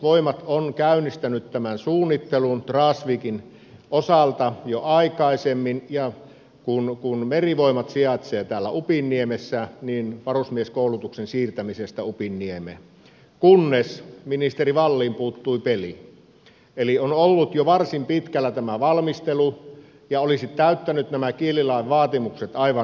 puolustusvoimat on käynnistänyt tämän suunnittelun dragsvikin osalta jo aikaisemmin kun merivoimat sijaitsee upinniemessä varusmieskoulutuksen siirtämisestä upinniemeen kunnes ministeri wallin puuttui peliin eli on ollut jo varsin pitkällä tämä valmistelu ja se olisi täyttänyt nämä kielilain vaatimukset aivan täysin